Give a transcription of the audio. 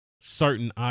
certain